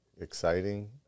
exciting